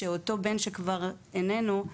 באותו בן שכבר איננו,